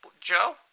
Joe